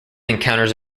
encounters